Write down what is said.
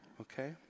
okay